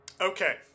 Okay